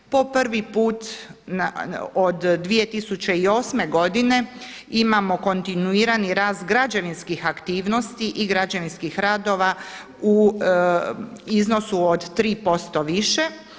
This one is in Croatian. Po prvi put od 2008. godine imamo kontinuirani rast građevinskih aktivnosti i građevinskih radova u iznosu od 3% više.